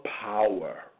power